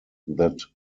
that